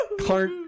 Clark